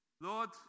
Lord